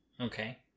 Okay